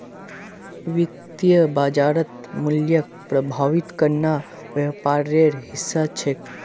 वित्तीय बाजारत मूल्यक प्रभावित करना व्यापारेर हिस्सा छिके